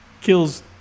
kills